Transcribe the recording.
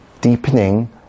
deepening